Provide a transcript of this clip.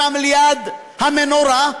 שם ליד המנורה,